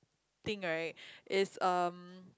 thing right is um